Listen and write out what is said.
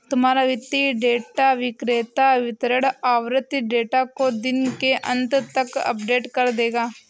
तुम्हारा वित्तीय डेटा विक्रेता वितरण आवृति डेटा को दिन के अंत तक अपडेट कर देगा